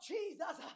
Jesus